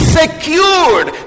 secured